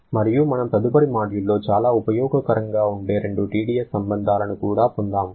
మరియు మనము తదుపరి మాడ్యూల్లో చాలా ఉపయోగకరంగా ఉండే రెండు Tds సంబంధాలను కూడా పొందాము